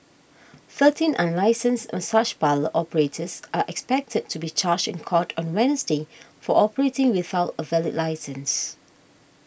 thirteen unlicensed massage parlour operators are expected to be charged in court on Wednesday for operating without a valid licence